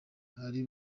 ari